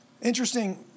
Interesting